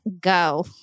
go